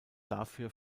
dafür